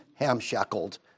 hamshackled